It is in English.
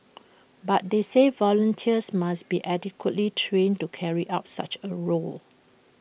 but they said volunteers must be adequately trained to carry out such A role